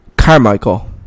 Carmichael